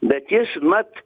bet jis mat